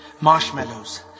marshmallows